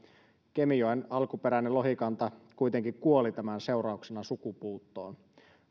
kemijoen alkuperäinen lohikanta kuitenkin kuoli tämän seurauksena sukupuuttoon